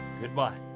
Goodbye